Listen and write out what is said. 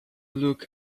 look